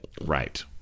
right